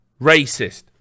racist